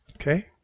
Okay